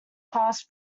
passed